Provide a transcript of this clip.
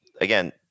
again